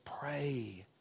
pray